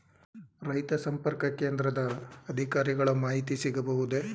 ರೈತ ಸಂಪರ್ಕ ಕೇಂದ್ರದ ಅಧಿಕಾರಿಗಳ ಮಾಹಿತಿ ಸಿಗಬಹುದೇ?